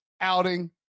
outing